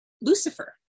lucifer